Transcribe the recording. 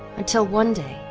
until one day,